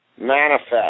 Manifest